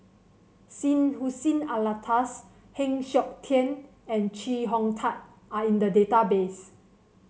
Syed Hussein Alatas Heng Siok Tian and Chee Hong Tat are in the database